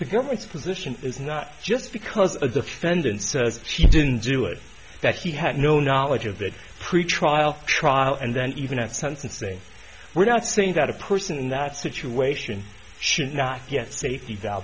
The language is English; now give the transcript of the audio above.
the government's position is not just because a defendant says she didn't do it that he had no knowledge of that pretrial trial and then even at sentencing we're not saying that a person in that situation should not get safety